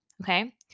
okay